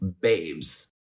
babes